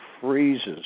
freezes